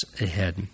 ahead